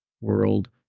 world